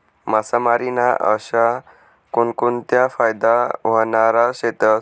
मासामारी ना अशा कोनकोनता फायदा व्हनारा शेतस?